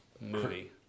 movie